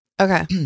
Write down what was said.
Okay